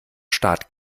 staat